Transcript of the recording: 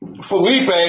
Felipe